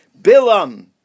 Bilam